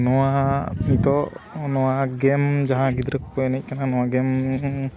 ᱱᱚᱣᱟ ᱱᱤᱛᱳᱜ ᱱᱚᱣᱟ ᱜᱮᱢ ᱡᱟᱦᱟᱸ ᱜᱤᱫᱽᱨᱟᱹ ᱠᱚᱠᱚ ᱮᱱᱮᱡ ᱠᱟᱱᱟ ᱱᱚᱣᱟ ᱜᱮᱢ